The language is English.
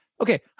Okay